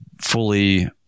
fully